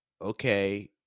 Okay